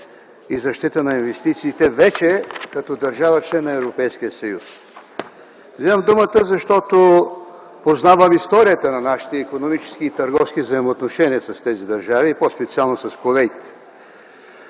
и защита на инвестциите, вече като държава – член на Европейския съюз. Вземам думата, защото познавам историята на нашите икономически и търговски взаимоотношения с тези държави и по-специално с Кувейт.